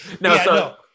No